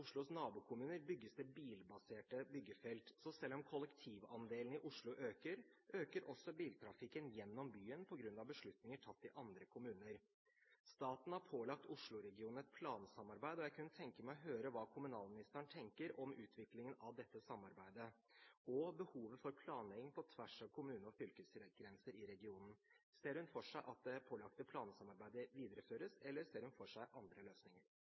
Oslos nabokommuner bygges bilbaserte byggefelt. Så selv om kollektivandelen i Oslo øker, øker også biltrafikken gjennom byen på grunn av beslutninger tatt i andre kommuner. Staten har pålagt Oslo-regionen et plansamarbeid, og jeg kunne tenke meg å høre hva kommunalministeren tenker om utviklingen av dette samarbeidet og behovet for planlegging på tvers av kommune- og fylkesgrenser i regionen. Ser hun for seg at det pålagte plansamarbeidet videreføres, eller ser hun for seg andre løsninger?